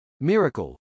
Miracle